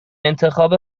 انتخاب